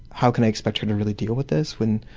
how can i expect her to really deal with this when